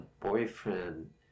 boyfriend